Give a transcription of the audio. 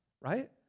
right